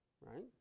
Right